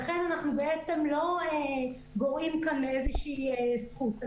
לכן אנחנו לא גורעים כאן מאיזושהי זכות.